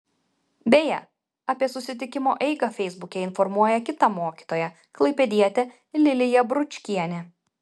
beje apie susitikimo eigą feisbuke informuoja kita mokytoja klaipėdietė lilija bručkienė